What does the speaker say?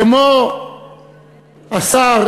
כמו השר,